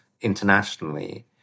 internationally